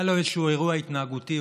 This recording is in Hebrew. היה לו איזשהו אירוע התנהגותי,